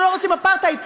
אנחנו לא רוצים אפרטהייד.